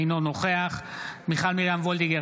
אינו נוכח מיכל מרים וולדיגר,